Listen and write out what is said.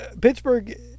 pittsburgh